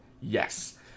Yes